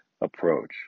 approach